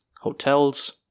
hotels